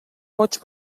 boig